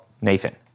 Nathan